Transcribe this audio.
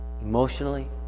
emotionally